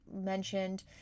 mentioned